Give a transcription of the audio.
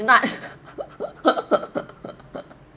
not